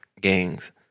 gangs